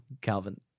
Calvin